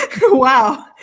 Wow